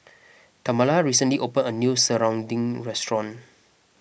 Tamala recently opened a new Serunding restaurant